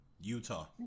Utah